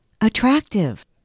attractive